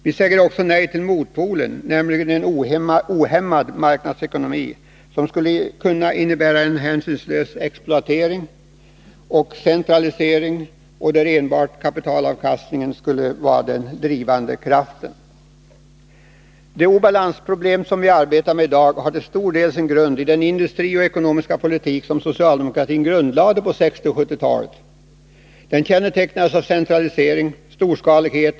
Vi säger också nej till motpolen, nämligen en ohämmad marknadsekonomi, som skulle kunna innebära en hänsynslös exploatering och centralisering, där enbart kapitalavkastningen skulle vara den drivande kraften. Denna modell ser vi rätt ofta exempel på i den moderata politiken. De obalansproblem som vi i dag arbetar med har till stor del sin grund i den industripolitik och den ekonomiska politik som socialdemokratin förde på 1960 och 1970-talen. Politiken kännetecknades av centralisering och storskalighet.